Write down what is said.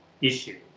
issue